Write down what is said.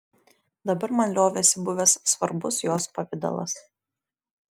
dabar man liovėsi buvęs svarbus jos pavidalas